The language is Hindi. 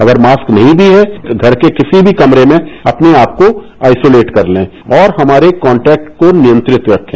अगर माक्स नहीं भी है तो घर के किसी भी कमरे में अपने आप को आइसुलीट कर लें और हमारे कांटेक्ट को नियंत्रित रखे